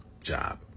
job